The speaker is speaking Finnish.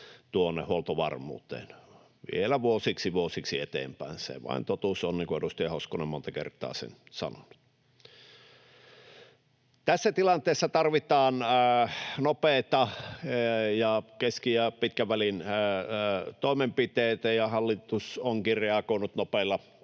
tuonne huoltovarmuuteen vielä vuosiksi, vuosiksi eteenpäin. Se vain totuus on, niin kuin edustaja Hoskonen monta kertaa sen on sanonut. Tässä tilanteessa tarvitaan nopeita ja keski- ja pitkän välin toimenpiteitä, ja hallitus onkin reagoinut nopeilla toimenpiteillä